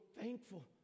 thankful